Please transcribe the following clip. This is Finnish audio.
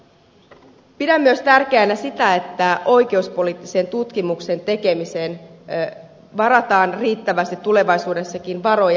pidän myös tärkeänä sitä että oikeuspoliittisen tutkimuksen tekemiseen varataan riittävästi tulevaisuudessakin varoja